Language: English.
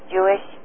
Jewish